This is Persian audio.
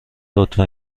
لطفا